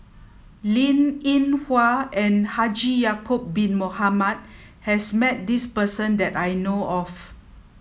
Linn In Hua and Haji Ya'acob bin Mohamed has met this person that I know of